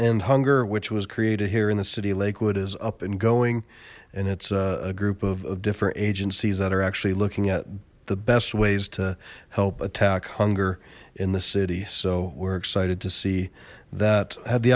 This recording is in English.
end hunger which was created here in the city lakewood is up and going and it's a group of different agencies that are actually looking at the best ways to help attack hunger in the city so we're excited to see that had the